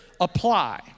apply